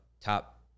top